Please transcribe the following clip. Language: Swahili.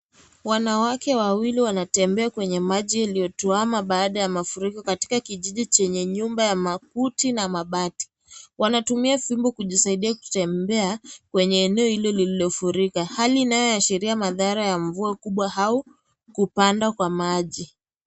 Wanawake wawili wanatembea kwenye maji iliyotuama baada ya mafuriko katika kijiji chenye nyumba ya makuti na mabati. Wanatumia fimbo kujisaidia kutembea, kwenye eneo hilo lililofurika. Hali inayoashiria madhara ya mvua kubwa au kupanda kwa maji.